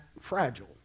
fragile